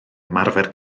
ymarfer